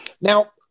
Now